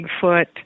Bigfoot